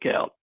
out